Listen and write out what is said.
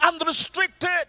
unrestricted